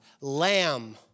lamb